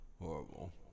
horrible